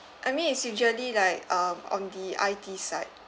I mean it's usually like um on the I_T side